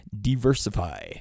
diversify